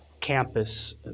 campus